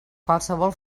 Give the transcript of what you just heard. qualsevol